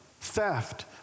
theft